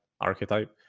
archetype